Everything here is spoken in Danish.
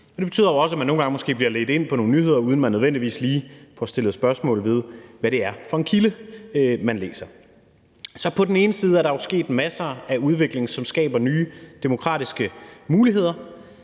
det betyder jo også, at man nogle gange måske bliver ledt ind på nogle nyheder, uden man nødvendigvis lige får stillet spørgsmål ved, hvad det er for en kilde, man læser. Så på den ene side er der jo sket en stor udvikling, som skaber nye, demokratiske muligheder,